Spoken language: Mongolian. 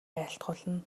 айлтгуулна